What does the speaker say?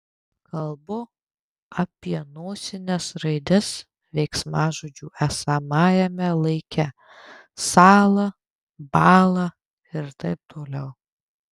kalbu apie nosines raides veiksmažodžių esamajame laike sąla bąla ir taip toliau